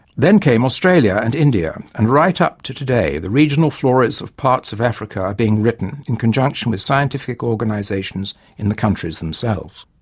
then came australia and india, and right up to today the regional floras of parts of africa are being written in conjunction with scientific organisations in the countries themselves.